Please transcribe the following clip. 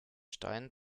stein